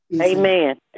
Amen